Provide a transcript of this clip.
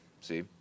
see